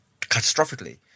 catastrophically